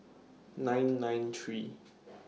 nine nine three